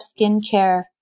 skincare